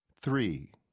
Three